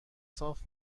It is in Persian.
صاف